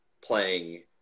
playing